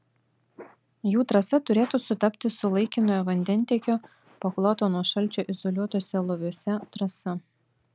jų trasa turėtų sutapti su laikinojo vandentiekio pakloto nuo šalčio izoliuotuose loviuose trasa